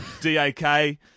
D-A-K